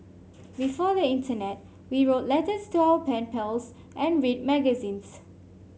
before the internet we wrote letters to our pen pals and read magazines